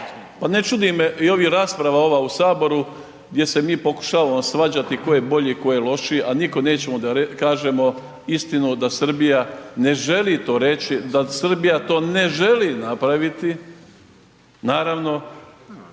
pa ne čudi me i ova rasprava ova u Saboru gdje se mi pokušavamo svađati tko je bolji, tko je lošiji a nikom nećemo da kažemo istinu da Srbija ne želi to reći, da Srbija to ne želi napraviti naravno,